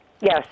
Yes